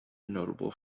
notable